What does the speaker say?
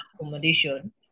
accommodation